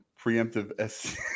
preemptive